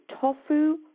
tofu